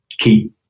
keep